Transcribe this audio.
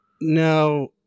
Now